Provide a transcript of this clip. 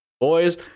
Boys